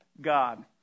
God